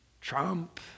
Trump